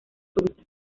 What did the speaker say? súbita